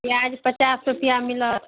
पिआज पचास रुपैआ मिलत